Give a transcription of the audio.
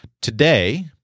Today